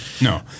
no